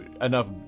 enough